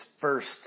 first